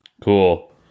Cool